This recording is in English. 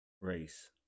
Race